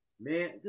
Man